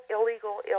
illegal